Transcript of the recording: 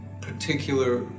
particular